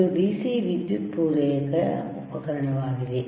ಇದು DC ವಿದ್ಯುತ್ ಪೂರೈಕೆಯ ಉಪಕರಣವಾಗಿದೆ